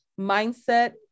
mindset